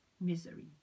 misery